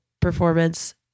performance